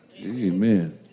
Amen